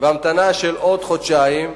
ועוד חודשיים,